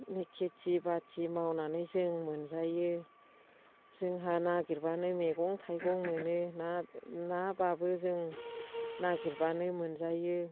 खेथि बाथि मावनानै जों मोनजायो जोंहा नागिरबानो मैगं थायगं मोनो नाबाबो जों नागिरबानो मोनजायो